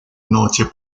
noche